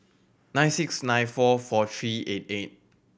nine six nine four four three eight eight